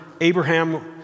Abraham